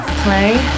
play